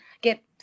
get